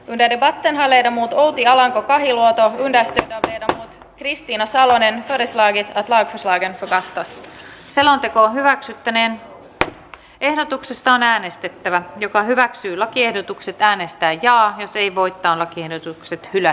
veden alle mutta outi alanko kahiluoto kristiina salonen isoäidin soiden rastas selonteko hyväksyttäneen ehdotuksesta salosen kannattama ehdottanut että lakiehdotukset äänestä ja laajasti voittavat kiihdytykset minä